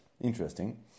Interesting